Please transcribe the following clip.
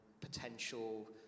potential